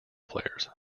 players